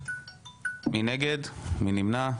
מי נגד, מי נמנע?